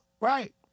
Right